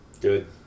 Good